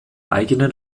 eigenen